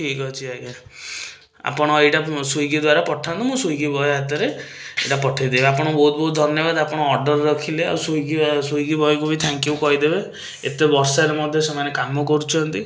ଠିକ୍ ଅଛି ଆଜ୍ଞା ଆପଣ ଏଇଟା ସ୍ଵିଗୀ ଦ୍ୱାରା ପଠାନ୍ତୁ ମୁଁ ସ୍ଵିଗୀ ବଏ ହାତରେ ଏଇଟା ପଠାଇଦେବି ଆପଣଙ୍କୁ ବହୁତ ବହୁତ ଧନ୍ୟବାଦ ଆପଣ ଅର୍ଡ଼ର ରଖିଲେ ଆଉ ସ୍ଵିଗୀ ସ୍ଵିଗୀ ବଏକୁ ବି ଥ୍ୟାଙ୍କ ୟୁ କହିଦେବେ ଏତେ ବର୍ଷାରେ ମଧ୍ୟ ସେମାନେ କାମ କରୁଛନ୍ତି